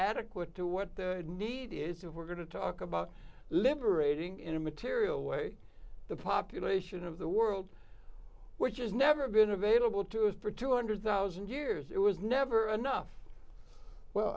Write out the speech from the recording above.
adequate to what the need is of we're going to talk about liberating in a material way the population of the world which has never been available to us for two hundred thousand years it was never enough well